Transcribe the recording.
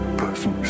person